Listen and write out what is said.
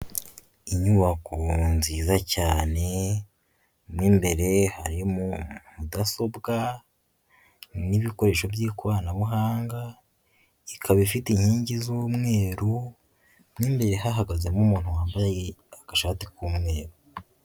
Inyubako nziza cyane, mo imbere harimo mudasobwa n'ibikoresho by'ikoranabuhanga, ikaba ifite inkingi z'umweru, mo imbere hahagazemo umuntu wambaye agashati k'umweru.